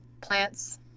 plants